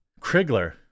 Krigler